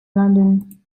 london